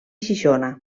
xixona